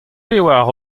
pevar